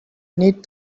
need